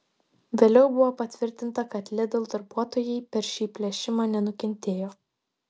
vėliau buvo patvirtinta kad lidl darbuotojai per šį plėšimą nenukentėjo